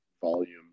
volume